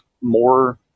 more